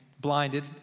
blinded